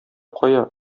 кая